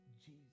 Jesus